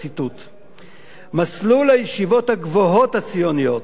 מסלול הישיבות הגבוהות הציוניות,